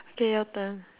okay your turn